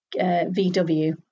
VW